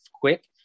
quick